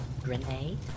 Grenade